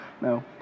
No